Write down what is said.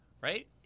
right